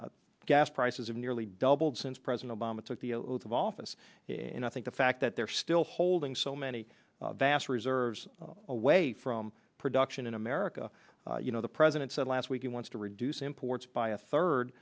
mexico gas prices have nearly doubled since president obama took the oath of office in i think the fact that they're still holding so many vast reserves away from production in america you know the president said last week he wants to reduce imports by a third